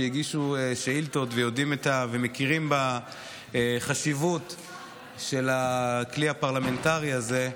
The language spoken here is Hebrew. שהגישו שאילתות ומכירים בחשיבות של הכלי הפרלמנטרי הזה,